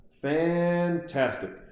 fantastic